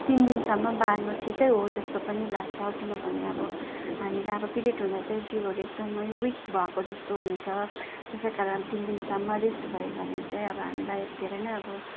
तिन दिनसम्म बार्नु ठिकै हो जस्तो पनि लाग्छ किनभने अब हामीलाई अब पिरियड हुँदा चाहिँ जिउहरू एकदमै विक भएको जस्तो हुन्छ त्यसै कारण तिन दिनसम्म रेस्ट भयो भने चाहिँ अब हामीलाई धेरै नै अब